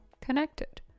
connected